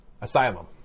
Asylum